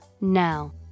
now